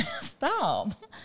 Stop